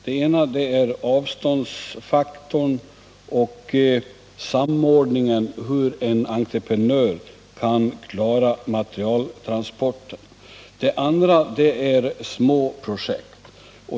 Det ena gäller avståndsfaktorn och samordningen — hur en entreprenör kan klara materialtransporterna. Det andra gäller små projekt.